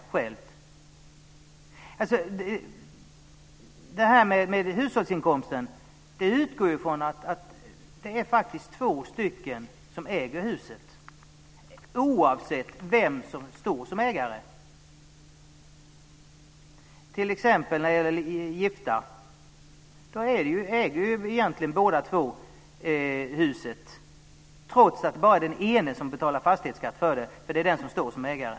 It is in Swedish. När det gäller det här med hushållsinkomst är utgångspunkten att det faktiskt är två som äger huset, oavsett vem som står som ägare. När det gäller gifta äger egentligen båda huset, trots att bara den ene betalar fastighetsskatt - eftersom vederbörande står som ägare.